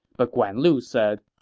but guan lu said,